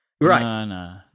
Right